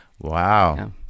Wow